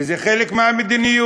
וזה חלק מהמדיניות.